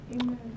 Amen